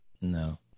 No